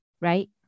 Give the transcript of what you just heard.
right